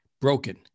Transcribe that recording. broken